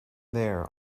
there